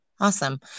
awesome